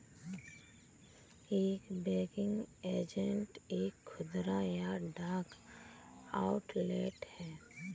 एक banking agent एक खुदरा या डाक आउटलेट है